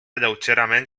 lleugerament